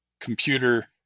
computer